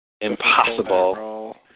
Impossible